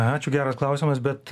ačiū geras klausimas bet